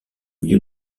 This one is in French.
milieu